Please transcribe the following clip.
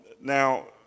now